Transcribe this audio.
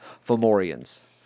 fomorians